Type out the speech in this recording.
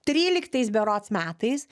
tryliktais berods metais